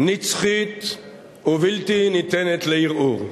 נצחית ובלתי ניתנת לערעור.